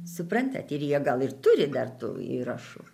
suprantat ir jie gal ir turi dar tų įrašų